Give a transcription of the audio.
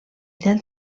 del